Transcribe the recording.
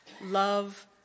love